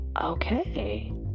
Okay